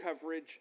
coverage